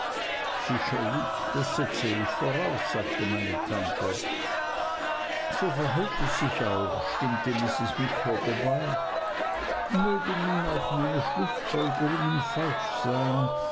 sicherlich das setze ich voraus sagte meine tante so verhält es sich auch stimmte mrs micawber bei mögen nun auch meine schlußfolgerungen falsch sein